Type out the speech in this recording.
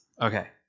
Okay